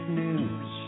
news